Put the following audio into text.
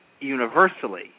universally